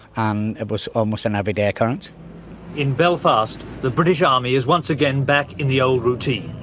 and it was almost an everyday occurrence in belfast, the british army is once again back in the old routine.